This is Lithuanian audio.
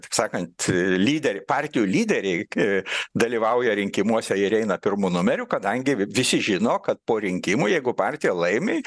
taip sakant lyderiai partijų lyderiai dalyvauja rinkimuose ir eina pirmu numeriu kadangi visi žino kad po rinkimų jeigu partija laimi